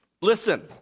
Listen